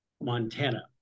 Montana